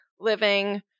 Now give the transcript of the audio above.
living